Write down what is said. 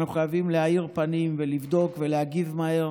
אנחנו חייבים להאיר פנים, לבדוק ולהגיב מהר